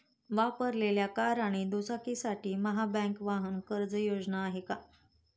वापरलेल्या कार आणि दुचाकीसाठी महाबँक वाहन कर्ज योजना काय आहे?